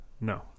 No